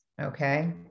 Okay